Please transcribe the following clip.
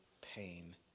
pain